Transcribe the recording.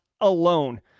alone